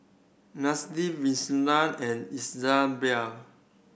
Nanette Violetta and Elisabeth